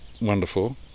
wonderful